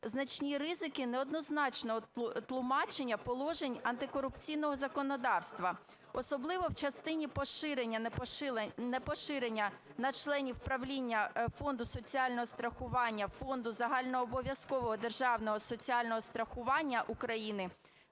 значні ризики неоднозначного тлумачення положень антикорупційного законодавства, особливо в частині поширення/непоширення на членів правління Фонду соціального страхування, Фонду загальнообов'язкового державного соціального страхування України